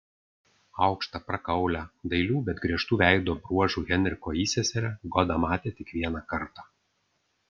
aukštą prakaulią dailių bet griežtų veido bruožų henriko įseserę goda matė tik vieną kartą